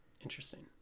Interesting